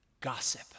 gossip